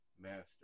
master